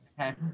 Okay